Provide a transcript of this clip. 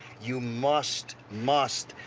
you must, must,